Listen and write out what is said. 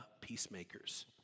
peacemakers